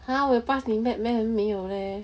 !huh! 我有 pass 你 map meh 好像没有 leh